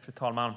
Fru talman!